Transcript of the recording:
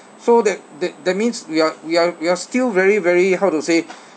so that that that means we are we are we are still very very how to say